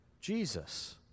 Jesus